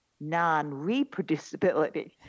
non-reproducibility